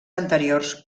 anteriors